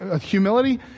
humility